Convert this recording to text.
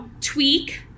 tweak